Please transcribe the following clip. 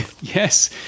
Yes